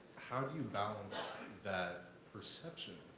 how do you balance that perception,